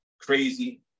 crazy